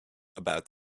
about